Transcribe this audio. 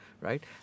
right